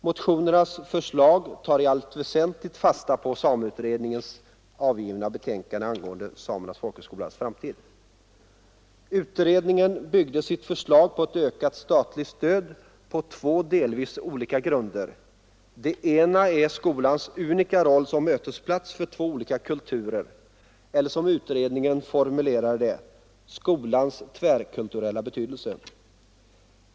Motionernas förslag tar i allt väsentligt fasta på sameutredningens avgivna betänkande angående Samernas folkhögskolas framtid. Utredningen byggde sitt förslag till ett ökat statligt stöd på två delvis olika grunder. Den ena är skolans unika roll som mötesplats för två olika kulturer eller, som utredningen formulerade det, skolans tvärkulturella betydelse.